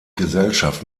gesellschaft